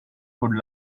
could